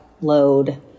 load